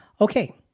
Okay